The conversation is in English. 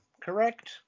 correct